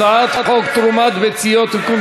הצעת חוק תרומת ביציות (תיקון,